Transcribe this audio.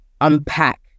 unpack